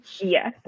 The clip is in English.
Yes